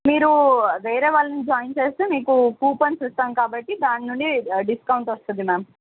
మీరు వేరే వాళ్ళని జాయిన్ చేస్తే మీకు కూపన్స్ ఇస్తాం కాబట్టి దాని నుండి డిస్కౌంట్ వస్తుంది మ్యామ్